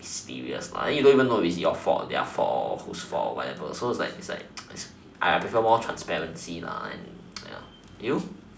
mysterious you don't even know is your fault their fault or whose fault whatever so is like is like I prefer transparency and you know